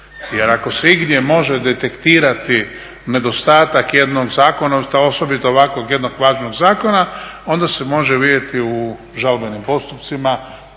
Jer ako se igdje može detektirati nedostatak jednog zakona, osobito ovakvog jednog važnog zakona onda se može vidjeti u žalbenim postupcima